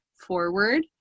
forward